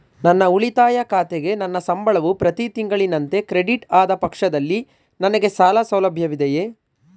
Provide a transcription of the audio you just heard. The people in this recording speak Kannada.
ನನ್ನ ಉಳಿತಾಯ ಖಾತೆಗೆ ನನ್ನ ಸಂಬಳವು ಪ್ರತಿ ತಿಂಗಳಿನಂತೆ ಕ್ರೆಡಿಟ್ ಆದ ಪಕ್ಷದಲ್ಲಿ ನನಗೆ ಸಾಲ ಸೌಲಭ್ಯವಿದೆಯೇ?